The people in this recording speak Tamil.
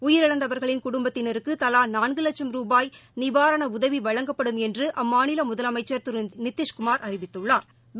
உயிரிழந்தவர்களின் குடும்பத்தினருக்கு தலா நான்கு லட்சம் ரூபாய் நிவாரண உதவி வழங்கப்படும் என்று அம்மாநில முதலமைச்சா் திரு நிதிஷ்குமாா் அறிவித்துள்ளாா்